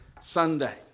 Sunday